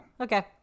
okay